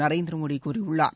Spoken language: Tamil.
நரேந்திர மோடி கூறியுள்ளார்